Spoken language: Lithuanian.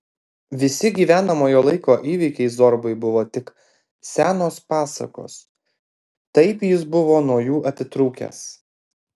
visi gyvenamojo laiko įvykiai zorbai buvo tik senos pasakos taip jis buvo nuo jų atitrūkęs